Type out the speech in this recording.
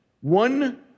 one